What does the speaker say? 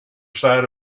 side